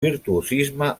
virtuosisme